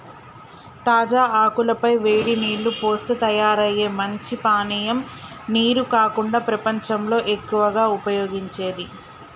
తాజా ఆకుల పై వేడి నీల్లు పోస్తే తయారయ్యే మంచి పానీయం నీరు కాకుండా ప్రపంచంలో ఎక్కువగా ఉపయోగించేది